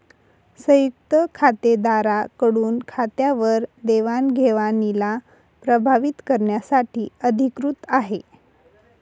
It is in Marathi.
संयुक्त खातेदारा कडून खात्यावर देवाणघेवणीला प्रभावीत करण्यासाठी अधिकृत आहे